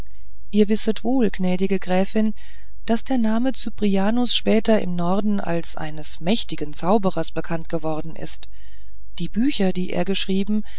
ihr wisset wohl gnädige gräfin daß der name cyprianus später im ganzen norden als eines mächtigen zauberers bekannt geworden ist die bücher die er geschrieben